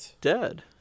dead